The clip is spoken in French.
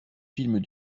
films